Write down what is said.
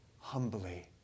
humbly